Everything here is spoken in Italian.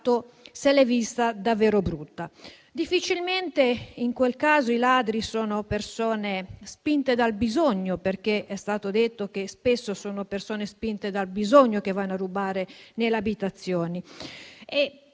se l'è vista davvero brutta. Difficilmente in quel caso i ladri sono persone spinte dal bisogno (è stato detto, infatti, che spesso sono persone spinte dal bisogno quelle che vanno a rubare nelle abitazioni).